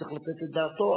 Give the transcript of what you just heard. צריך לתת את דעתו.